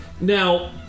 Now